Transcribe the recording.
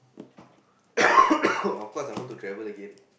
of course I want to travel again